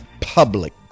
public